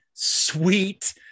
sweet